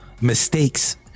mistakes